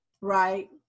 right